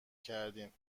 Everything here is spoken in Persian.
کردیم